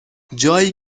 جایی